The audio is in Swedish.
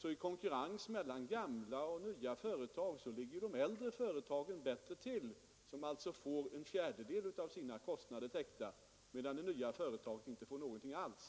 I konkurrensen mellan gamla och nya företag ligger alltså de äldre företagen bättre till, eftersom de får en fjärdedel av sina kostnader täckta, medan de nya företagen inte får någonting alls.